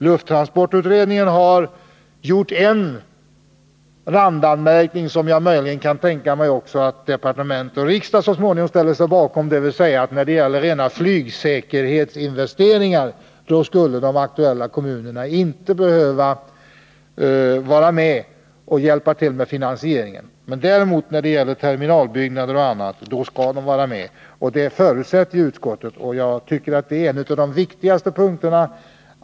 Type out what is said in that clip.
Lufttransportutredningen har gjort en randanmärkning, som jag möjligen också kan tänka mig att departement och riksdag så småningom ställer sig bakom, som innebär att när det gäller rena flygsäkerhetsinvesteringar skulle de aktuella kommunerna inte behöva vara med och hjälpa till med finansieringen. När det däremot gäller terminalbyggnader och annat skall de vara med. Utskottet förutsätter detta, och jag tycker att det är en av de viktigaste punkterna.